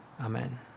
amen